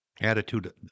attitude